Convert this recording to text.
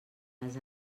les